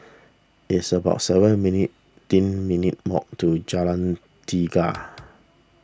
it's about seven minutes' teen minute to Jalan Tiga